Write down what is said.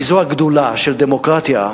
זו הגדולה של דמוקרטיה,